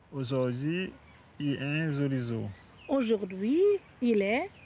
azuardzi yeah azuardzi so ajourdhui il ait.